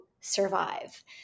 survive